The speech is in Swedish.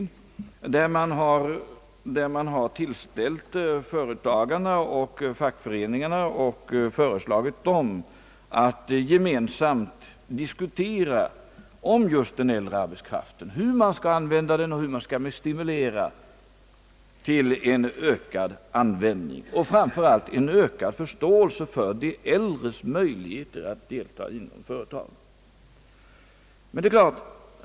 I denna bok redovisas ett förslag som framlagts för företagarna och för fackföreningarna om att dessa ge mensamt skulle diskutera den äldre arbetskraftens problem, hur den skall kunna användas och hur man skall kunna stimulera till ett ökat utnyttjande av den och framför allt till en ökad förståelse för de äldres möjligheter att delta i företagens arbete.